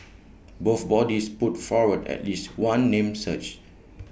both bodies put forward at least one name search